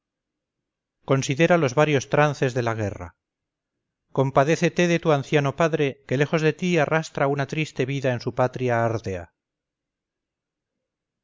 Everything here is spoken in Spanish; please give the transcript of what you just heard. considera los varios trances de la guerra compadécete de tu anciano padre que lejos de ti arrastra una triste vida en su patria árdea